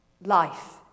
life